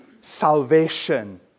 Salvation